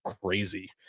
crazy